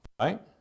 Right